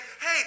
hey